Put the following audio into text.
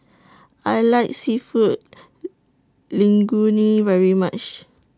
I like Seafood Linguine very much